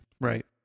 right